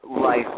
life